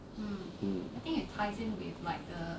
mm